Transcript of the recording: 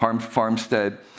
farmstead